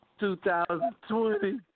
2020